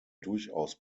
durchaus